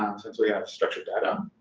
um since we have structured data.